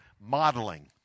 modeling